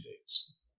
dates